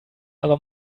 aber